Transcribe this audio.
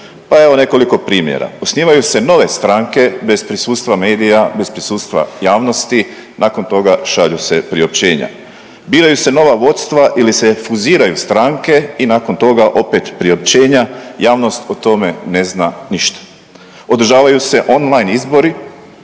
Pa evo nekoliko primjera, osnivaju se nove stranke bez prisustva medija, bez prisustva javnosti, nakon toga šalju se priopćenja. Biraju se nova vodstva ili se fuziraju stranke i nakon toga opet priopćenja. Javnost o tome ne zna ništa. Održavaju se online izbori